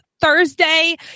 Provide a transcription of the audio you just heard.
Thursday